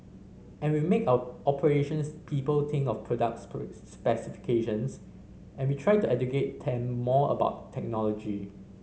and we make our operations people think of products specifications and we try to educate them more about technology